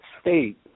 state